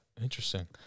Interesting